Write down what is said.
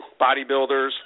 bodybuilders